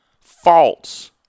false